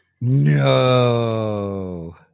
No